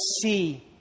see